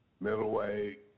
middleweight